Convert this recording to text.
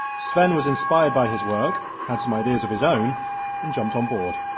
sven was inspired by his work, had some ideas of his own and jumped on board.